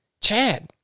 Chad